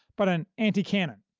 but an anti-canon.